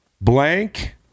blank